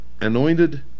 anointed